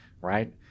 Right